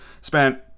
spent